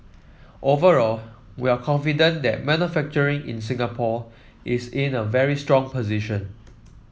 overall we are confident that manufacturing in Singapore is in a very strong position